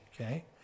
okay